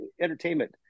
entertainment